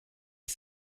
est